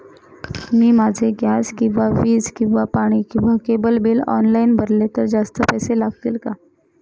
मी माझे गॅस किंवा वीज किंवा पाणी किंवा केबल बिल ऑनलाईन भरले तर जास्त पैसे लागतील का?